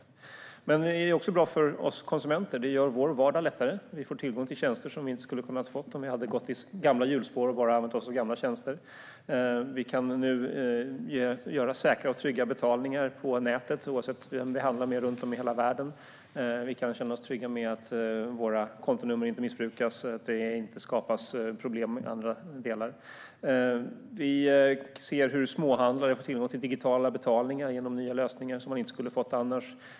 Men det är också bra för oss konsumenter. Det gör vår vardag lättare. Vi får tillgång till tjänster som vi inte hade kunnat få om vi hade gått i gamla hjulspår och bara använt oss av gamla tjänster. Vi kan nu göra säkra och trygga betalningar på nätet, oavsett var i världen det är. Vi kan känna oss trygga med att våra kontonummer inte missbrukas, att det inte skapas problem i andra delar. Vi ser hur småhandlare har tillgång till digitala betalningar genom nya lösningar som man inte skulle ha fått annars.